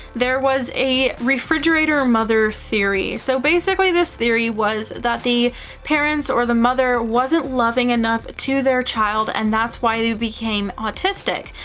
there was a refrigerator mother theory. so, basically this theory was that the parents or the mother wasn't loving enough to their child and that's why they became autistic.